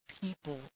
people